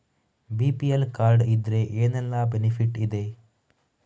BPL card ಇದ್ರೆ ಏನೆಲ್ಲ benefit ಇದೆ?